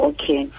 Okay